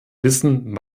wissen